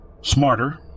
smarter